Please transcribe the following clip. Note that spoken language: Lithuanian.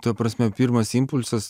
ta prasme pirmas impulsas